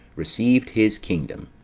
received his kingdom.